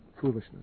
foolishness